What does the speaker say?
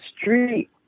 street